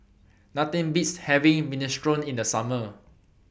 Nothing Beats having Minestrone in The Summer